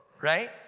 right